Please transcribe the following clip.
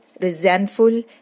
resentful